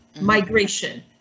Migration